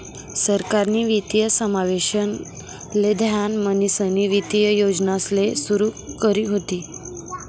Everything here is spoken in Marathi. सरकारनी वित्तीय समावेशन ले ध्यान म्हणीसनी वित्तीय योजनासले सुरू करी व्हती